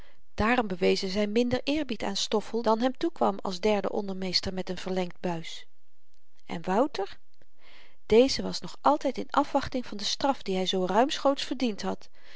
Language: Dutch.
daarom bewezen zy minder eerbied aan stoffel dan hem toekwam als derden ondermeester met n verlengd buis en wouter deze was nog altyd in afwachting van de straf die hy zoo ruimschoots verdiend had